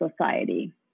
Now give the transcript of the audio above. society